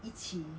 一起